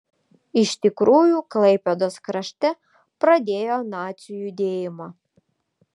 iš tikrųjų klaipėdos krašte pradėjo nacių judėjimą